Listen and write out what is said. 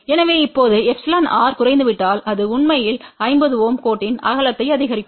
எனவே இப்போது εrகுறைந்துவிட்டதால் அது உண்மையில் 50 Ω கோட்டின் அகலத்தை அதிகரிக்கும் Er 4